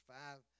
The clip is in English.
five